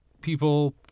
people